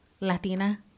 Latina